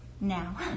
now